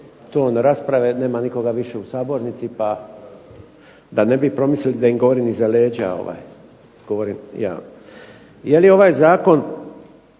ton rasprave nema više nikoga u sabornici, pa da ne bi pomislili da im govorim iza leđa, govorim javno.